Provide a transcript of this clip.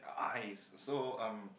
eyes so um